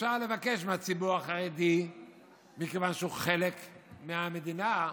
שאפשר לבקש מהציבור החרדי מכיוון שהוא חלק מהמדינה,